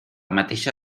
mateixa